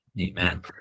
Amen